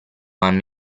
anno